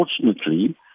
Unfortunately